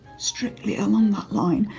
strictly along that line.